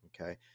Okay